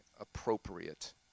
appropriate